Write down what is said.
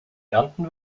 ernten